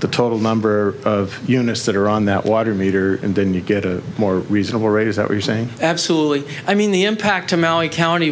the total number of units that are on that water meter and then you get a more reasonable rate is that you're saying absolutely i mean the impact to maui county